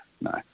no